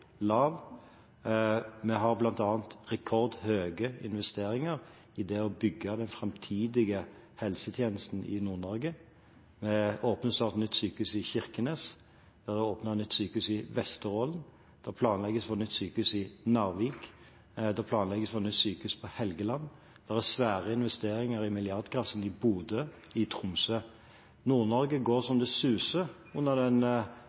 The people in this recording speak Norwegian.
vi har bl.a. rekordhøye investeringer i det å bygge den framtidige helsetjenesten i Nord-Norge. Det åpnes snart et nytt sykehus i Kirkenes, det er åpnet et nytt sykehus i Vesterålen, det planlegges for nytt sykehus i Narvik, og det planlegges for nytt sykehus på Helgeland. Det er svære investeringer i milliardklassen i Bodø og i Tromsø. Nord-Norge går så det suser under